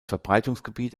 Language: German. verbreitungsgebiet